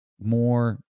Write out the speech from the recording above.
more